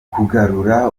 kugarura